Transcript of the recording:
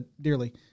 dearly